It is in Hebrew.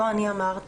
לא אני אמרתי,